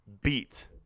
beat